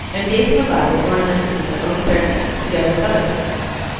and gave him a bible ornamented with their own fair hands, together with other presents.